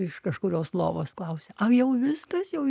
iš kažkurios lovos klausė ar jau viskas jau